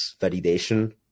validation